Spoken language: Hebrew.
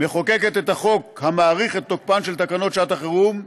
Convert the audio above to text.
מחוקקת את החוק המאריך את תוקפן של תקנות שעת החירום,